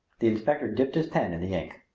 the inspector dipped his pen in the ink.